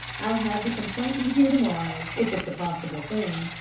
i'll have the complainant here to-morrow, if it's a possible thing.